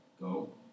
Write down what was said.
go